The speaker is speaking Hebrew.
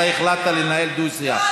אתה החלטת לנהל דו-שיח.